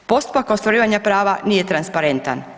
Postupak ostvarivanja prava nije transparentan.